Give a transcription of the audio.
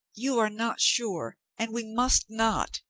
you are not sure and we must not,